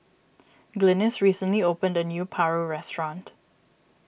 Glynis recently opened a new Paru restaurant